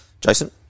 Jason